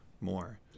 more